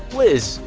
liz,